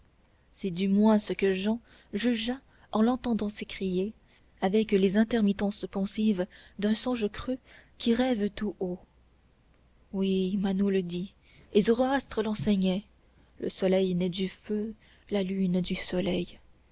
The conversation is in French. c'est du moins ce que jehan jugea en l'entendant s'écrier avec les intermittences pensives d'un songe-creux qui rêve tout haut oui manou le dit et zoroastre l'enseignait le soleil naît du feu la lune du soleil